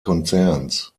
konzerns